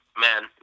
Man